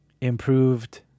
improved